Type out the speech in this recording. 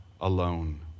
alone